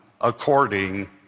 according